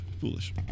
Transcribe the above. Foolish